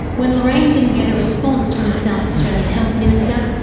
when lorraine didn't get a response from the south australian health minister,